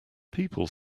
people